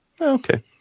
Okay